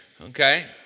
Okay